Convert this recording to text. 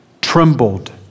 trembled